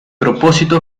propósito